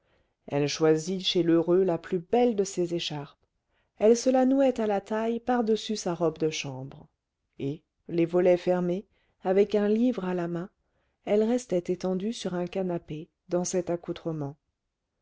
elle choisit chez lheureux la plus belle de ses écharpes elle se la nouait à la taille par-dessus sa robe de chambre et les volets fermés avec un livre à la main elle restait étendue sur un canapé dans cet accoutrement